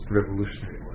revolutionary